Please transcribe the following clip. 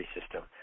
system